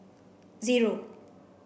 zero